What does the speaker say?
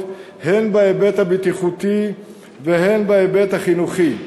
הן בהיבט הבטיחותי והן בהיבט החינוכי.